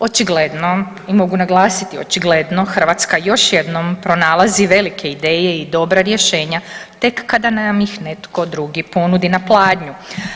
Očigledno i mogu naglasiti, očigledno Hrvatska još jednom pronalazi velike ideje i dobra rješenja tek kada nam ih netko drugi ponudi na pladnju.